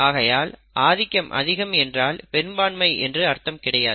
ஆகையால் ஆதிக்கம் அதிகம் என்றால் பெரும்பான்மை என்று அர்த்தம் கிடையாது